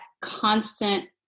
constant